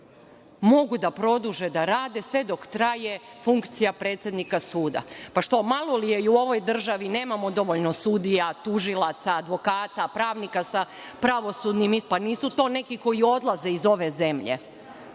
mogu da produže da rade sve dok traje funkcija predsednika suda. Pa šta, malo li je u ovoj državi, nemamo dovoljno sudija, tužilaca, advokata, pravnika sa pravosudnim ispitom, pa nisu to neki koji odlaze iz ove zemlje.